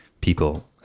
people